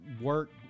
work